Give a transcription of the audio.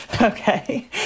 Okay